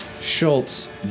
Schultz